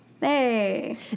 Hey